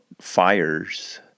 fires